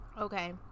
Okay